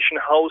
House